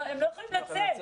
הם לא יכולים לצאת.